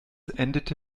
endete